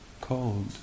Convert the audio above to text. cold